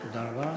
תודה רבה.